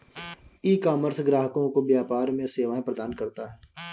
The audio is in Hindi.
ईकॉमर्स ग्राहकों को व्यापार में सेवाएं प्रदान करता है